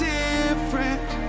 different